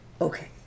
Okay